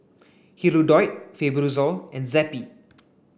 Hirudoid Fibrosol and Zappy